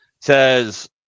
says